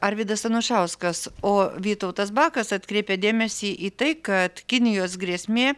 arvydas anušauskas o vytautas bakas atkreipė dėmesį į tai kad kinijos grėsmė